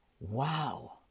wow